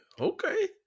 Okay